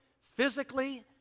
physically